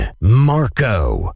Marco